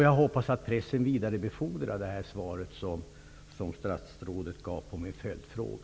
Jag hoppas att pressen vidarebefordrar det svar statsrådet gav på min följdfråga.